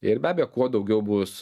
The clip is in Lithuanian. ir be abejo kuo daugiau bus